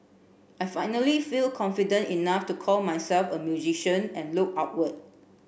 I finally feel confident enough to call myself a musician and look outward